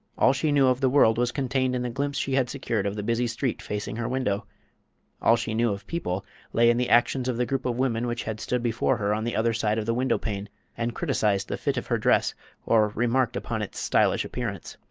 all she knew of the world was contained in the glimpse she had secured of the busy street facing her window all she knew of people lay in the actions of the group of women which had stood before her on the other side of the window pane and criticised the fit of her dress or remarked upon its stylish appearance.